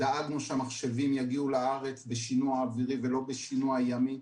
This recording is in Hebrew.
דאגנו שהמחשבים יגיעו לארץ בשינוע אווירי ולא בשינוע ימי.